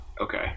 okay